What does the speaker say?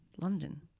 London